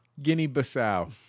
Guinea-Bissau